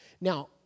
Now